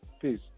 Peace